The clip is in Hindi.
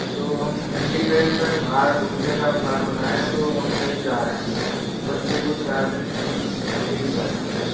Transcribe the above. तो हम फेमिली सहित सर बाहर घूमने का प्लान बनाया है तो हम कहीं जा रहे हैं सर तो बच्चे को चार दिन की लीव चाहिए छुट्टी